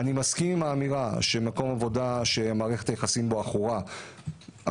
אני מסכים עם האמירה שמקום עבודה שמערכת היחסים בו עכורה נפגע,